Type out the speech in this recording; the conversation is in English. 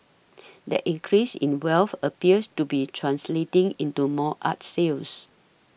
that increase in wealth appears to be translating into more art sales